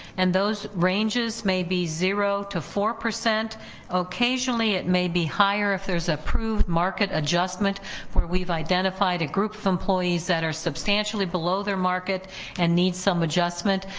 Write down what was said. and those ranges may be zero to four. occasionally it may be higher, if there's approved market adjustment where we've identified a group of employees that are substantially below their market and need some adjustment.